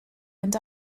and